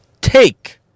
Take